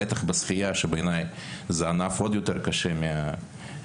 בטח בשחייה שבעיניי זה ענף עוד יותר קשה מהריצה.